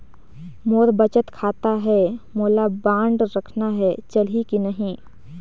मोर बचत खाता है मोला बांड रखना है चलही की नहीं?